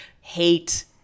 hate